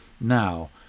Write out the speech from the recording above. now